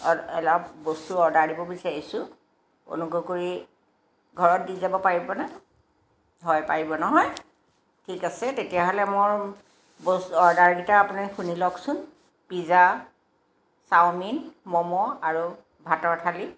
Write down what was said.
বস্তু অৰ্ডাৰ দিব বিচাৰিছোঁ অনুগ্ৰহ কৰি ঘৰত দি যাব পাৰিবনে হয় পাৰিব নহয় ঠিক আছে তেতিয়াহ'লে মোৰ বচ অৰ্ডাৰকেইটা আপুনি শুনি লওকচোন পিজ্জা চাওমিন ম'ম' আৰু ভাতৰ থালি